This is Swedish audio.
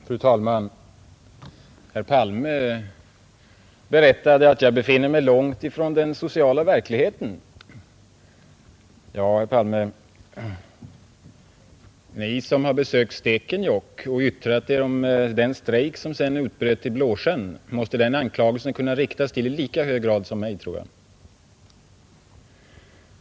Fru talman! Herr Palme berättade att jag befinner mig långt ifrån den sociala verkligheten. Ja, herr Palme, Ni som har besökt Stekenjokk och yttrat Er om den strejk som sedan utbröt i Blåsjön, Er måste den anklagelsen kunna riktas mot i lika hög grad som mot mig.